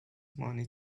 money